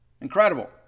Incredible